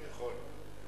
נכון.